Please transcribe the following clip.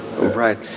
Right